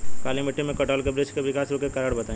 काली मिट्टी में कटहल के बृच्छ के विकास रुके के कारण बताई?